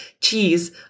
cheese